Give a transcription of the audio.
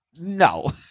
No